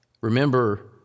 remember